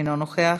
אינו נוכח,